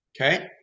Okay